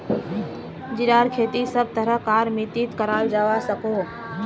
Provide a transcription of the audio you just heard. जीरार खेती सब तरह कार मित्तित कराल जवा सकोह